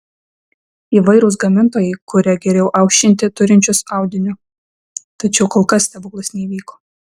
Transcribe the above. įvairūs gamintojai kuria geriau aušinti turinčius audiniu tačiau kol kas stebuklas neįvyko